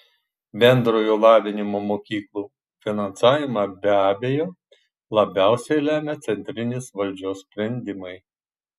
bendrojo lavinimo mokyklų finansavimą be abejo labiausiai lemia centrinės valdžios sprendimai